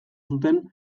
zuten